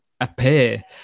appear